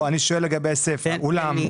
לא, אני שואל לגבי הסיפה, 'אולם'.